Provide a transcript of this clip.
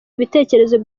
ibitekerezo